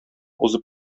узып